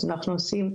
אז אנחנו עושים,